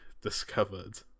discovered